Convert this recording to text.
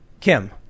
kim